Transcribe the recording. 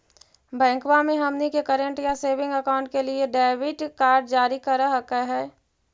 बैंकवा मे हमनी के करेंट या सेविंग अकाउंट के लिए डेबिट कार्ड जारी कर हकै है?